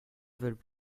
veulent